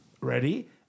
ready